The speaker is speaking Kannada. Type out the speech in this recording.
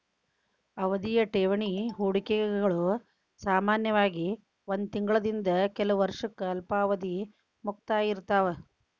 ಅವಧಿಯ ಠೇವಣಿ ಹೂಡಿಕೆಗಳು ಸಾಮಾನ್ಯವಾಗಿ ಒಂದ್ ತಿಂಗಳಿಂದ ಕೆಲ ವರ್ಷಕ್ಕ ಅಲ್ಪಾವಧಿಯ ಮುಕ್ತಾಯ ಇರ್ತಾವ